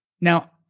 Now